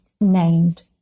named